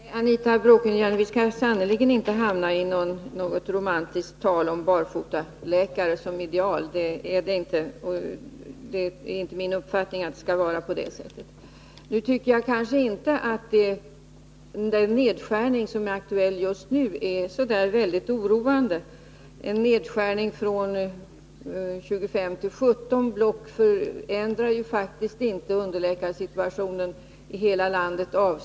Herr talman! Nej, Anita Bråkenhielm, vi skall sannerligen inte förfalla till något slags romantiskt tal om barfotaläkare som ideal. Det är inte min uppfattning att det skall vara på det sättet. Jag tycker emellertid inte att den 4 att motverka narkotikamissbruk vid militära förband nu aktuella nedskärningen är så värst oroande. En nedskärning från 25 till 17 block förändrar faktiskt inte avsevärt underläkarsituationen i hela landet.